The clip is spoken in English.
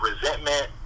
resentment